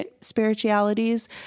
spiritualities